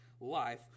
life